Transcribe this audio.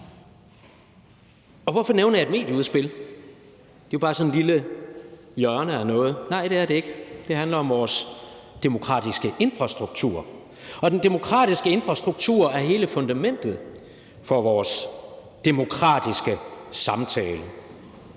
Hvorfor nævner jeg et medieudspil? Det er jo bare sådan et lille hjørne af noget. Nej, det er det ikke; det handler om vores demokratiske infrastruktur. Den demokratiske infrastruktur er hele fundamentet for vores demokratiske samtale,